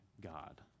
God